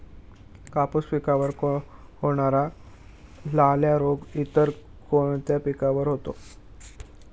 कापूस पिकावर होणारा लाल्या रोग इतर कोणत्या पिकावर होतो?